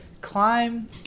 climb